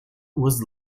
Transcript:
was